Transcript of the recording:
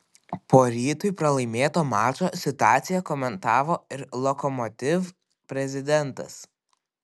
po rytui pralaimėto mačo situaciją komentavo ir lokomotiv prezidentas